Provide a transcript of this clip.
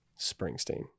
Springsteen